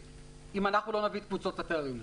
אם לא נביא את קבוצות התיירים לשם.